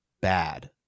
bad